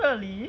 really